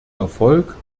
erfolg